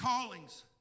callings